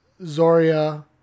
Zoria